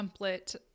template